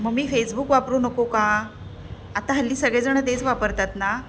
मग मी फेसबुक वापरू नको का आता हल्ली सगळेजणं तेच वापरतात ना